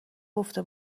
گفته